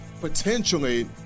potentially